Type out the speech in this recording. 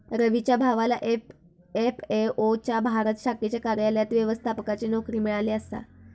रवीच्या भावाला एफ.ए.ओ च्या भारत शाखेच्या कार्यालयात व्यवस्थापकाची नोकरी मिळाली आसा